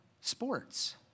sports